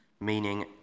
meaning